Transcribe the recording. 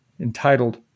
entitled